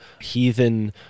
heathen